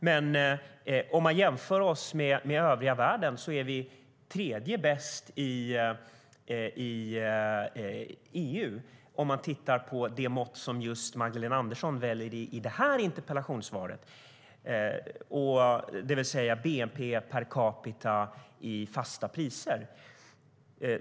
Men om man jämför oss med övriga världen är vi tredje bäst i EU, om man tittar på det mått Magdalena Andersson väljer i det här interpellationssvaret, det vill säga bnp per capita i fasta priser.